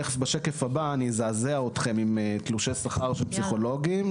תכף בשקף הבא אני אזעזע אתכם עם תלושי שכר של פסיכולוגים.